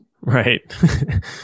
Right